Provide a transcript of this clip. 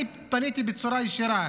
אני פניתי בצורה ישירה